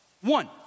one